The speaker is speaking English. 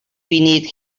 beneath